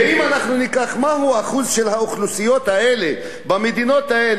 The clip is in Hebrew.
ואם אנחנו ניקח מהו האחוז של האוכלוסיות האלה במדינות האלה,